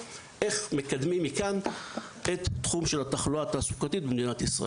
איך מקדמים מכאן את התחום של התחלואה התעסוקתית במדינת ישראל.